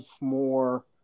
more